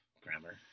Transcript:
Grammar